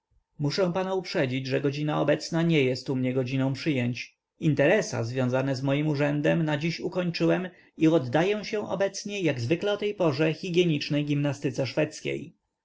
muszę pana uprzedzić że godzina obecna nie jest u mnie godziną przyjęć interesa związane z moim urzędem na dziś ukończyłem i oddaję się obecnie jak zwykle o tej porze hygienicznej gimnastyce